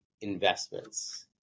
investments